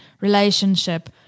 relationship